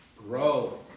grow